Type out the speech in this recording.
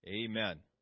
Amen